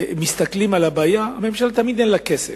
מסתכלים על הבעיה, לממשלה תמיד אין כסף.